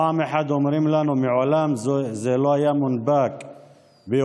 פעם אחת אומרים לנו: מעולם זה לא הונפק באוקטובר,